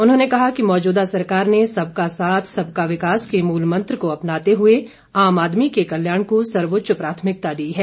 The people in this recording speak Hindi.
उन्होंने कहा कि मौजूदा सरकार ने सब का साथ सब का विकास के मूल मंत्र को अपनाते हुए आम आदमी के कल्याण को सर्वोच्च प्राथमिकता दी है